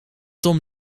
tom